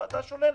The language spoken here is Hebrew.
הוועדה שוללת,